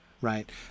right